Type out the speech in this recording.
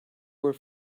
were